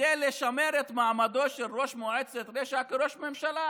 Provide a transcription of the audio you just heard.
כדי לשמר את מעמדו של ראש מועצת רשע כראש ממשלה,